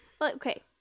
okay